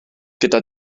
gyda